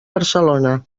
barcelona